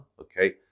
okay